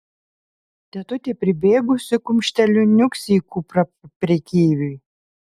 tetutė pribėgusi kumšteliu niūksi į kuprą prekeiviui